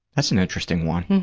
that's an interesting one.